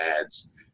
ads